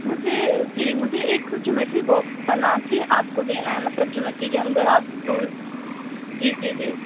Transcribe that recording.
مجھے جی مجھے ایک جیومیٹری باکس بنا کے آپ کو دینا ہے مطلب جیومیٹری کے اندر آپ ٹولس جی جی جی